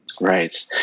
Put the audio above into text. Right